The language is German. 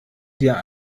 dir